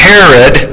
Herod